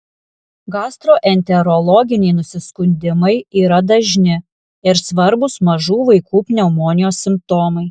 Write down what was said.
gastroenterologiniai nusiskundimai yra dažni ir svarbūs mažų vaikų pneumonijos simptomai